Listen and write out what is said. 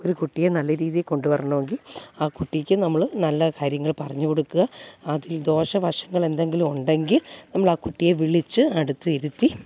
ഒരു കുട്ടിയെ നല്ല രീതിക്ക് കൊണ്ടുവരണമെങ്കിൽ ആ കുട്ടിക്ക് നമ്മൾ നല്ല കാര്യങ്ങൾ പറഞ്ഞു കൊടുക്കുക അതിൽ ദോഷവശങ്ങൾ എന്തെങ്കിലും ഉണ്ടെങ്കിൽ നമ്മൾ ആ കുട്ടിയെ വിളിച്ച് അടുത്തിരുത്തി